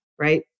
right